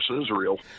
Israel